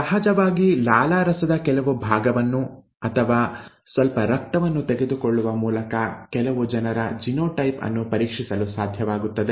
ಸಹಜವಾಗಿ ಲಾಲಾರಸದ ಕೆಲವು ಭಾಗವನ್ನು ಅಥವಾ ಸ್ವಲ್ಪ ರಕ್ತವನ್ನು ತೆಗೆದುಕೊಳ್ಳುವ ಮೂಲಕ ಕೆಲವು ಜನರ ಜಿನೋಟೈಪ್ ಅನ್ನು ಪರೀಕ್ಷಿಸಲು ಸಾಧ್ಯವಗುತ್ತದೆ